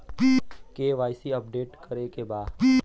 KYC update करे के बा?